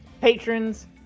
Patrons